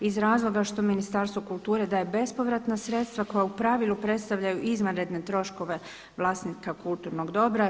Iz razloga što Ministarstvo kulture daje bespovratna sredstava koja u pravilu predstavljaju izvanredne troškove vlasnika kulturnog dobra.